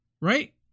right